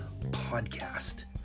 Podcast